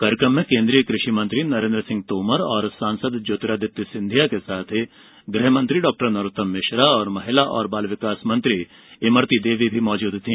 कार्यक्रम में केंद्रीय कृषि मंत्री नरेंद्र सिंह तोमर और सांसद ज्योतिरादित्य सिंधिया के साथ ही गृह मंत्री डॉनरोत्तम मिश्रा और महिला एवं बाल विकास मंत्री इमरती देवी मौजूद थी